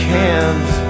hands